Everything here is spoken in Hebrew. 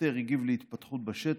השוטר הגיב להתפתחות בשטח,